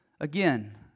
Again